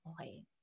okay